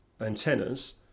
antennas